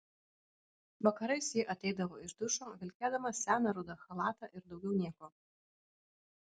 vakarais ji ateidavo iš dušo vilkėdama seną rudą chalatą ir daugiau nieko